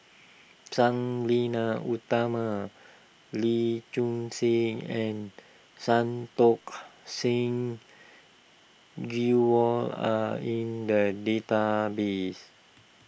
Sang Nila Utama Lee Choon Seng and Santokh Singh Grewal are in the database